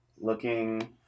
looking